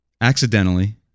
accidentally